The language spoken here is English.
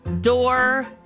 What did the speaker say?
door